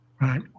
Right